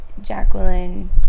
Jacqueline